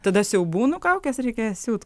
tada siaubūnų kaukes reikia siūt